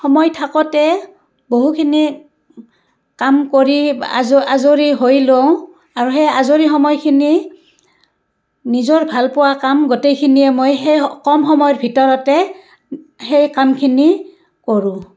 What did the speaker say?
সময় থাকোঁতে বহুখিনি কাম কৰি আজ আজৰি হৈ লওঁ আৰু সেই আজৰি সময়খিনি নিজৰ ভালপোৱা কাম গোটেইখিনিয়ে মই সেই কম সময়ৰ ভিতৰতে সেই কামখিনি কৰোঁ